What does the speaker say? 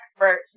expert